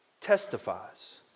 testifies